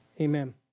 amen